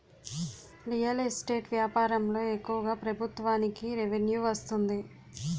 real estate వ్యాపారంలో ఎక్కువగా ప్రభుత్వానికి రెవెన్యూ వస్తుంది